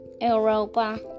Europa